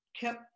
kept